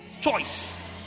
Choice